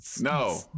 No